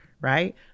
right